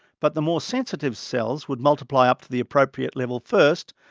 but the more sensitive cells would multiply up to the appropriate level first,